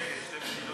את צודקת.